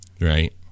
Right